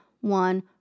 one